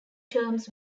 terms